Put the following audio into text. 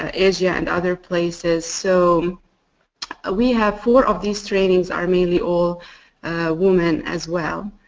ah asia and other places. so ah we have four of these trainings are mainly all woman as well.